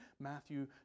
Matthew